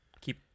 keep